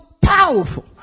powerful